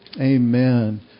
Amen